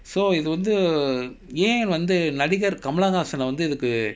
so இது வந்து ஏன் வந்து நடிகர்:ithu vanthu yaen vanthu nadigar kamala haasan வந்து இதுக்கு:vanthu ithuku